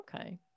Okay